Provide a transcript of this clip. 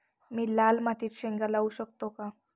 मी लाल मातीत शेंगा लावू शकतो का?